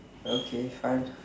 okay fine